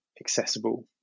accessible